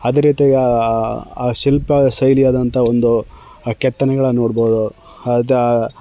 ಅದೇ ರೀತಿಯಾಗಿ ಆ ಆ ಶಿಲ್ಪ ಶೈಲಿಯಾದಂಥ ಒಂದು ಆ ಕೆತ್ತನೆಗಳನ್ನ ನೋಡ್ಬೋದು ಅದು